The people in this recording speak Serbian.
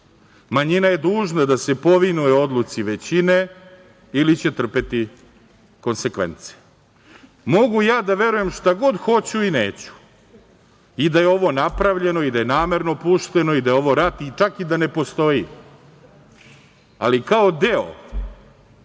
Manjina je dužna da se povinuje odluci većine ili će trpeti konsekvence. Mogu ja da verujem šta god hoću i neću i da je ovo napravljeno, i da je namerno pušteno, i da je ovo rat, i čak da ne postoji, ali kao deo